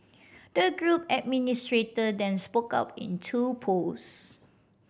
the group administrator then spoke up in two posts